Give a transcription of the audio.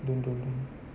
don't don't don't